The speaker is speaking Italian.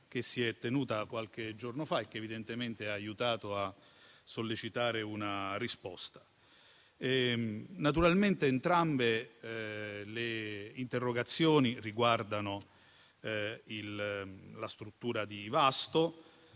«Report» tenutasi qualche giorno fa, che evidentemente ha aiutato a sollecitare la risposta stessa. Entrambe le interrogazioni riguardano la struttura di Vasto.